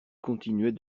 continuait